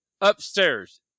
upstairs